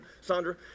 Sandra